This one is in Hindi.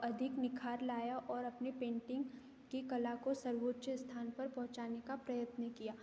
अधिक निखार लाया और अपनी पेंटिंग की कला को सर्वोच्च स्थान पर पहुँचाने का प्रयत्न किया